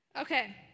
Okay